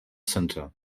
center